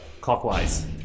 clockwise